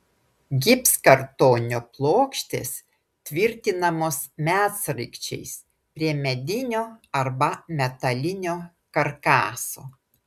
gipskartonio plokštės tvirtinamos medsraigčiais prie medinio arba metalinio karkaso